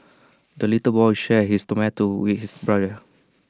the little boy shared his tomato with his brother